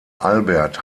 albert